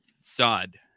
sod